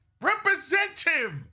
representative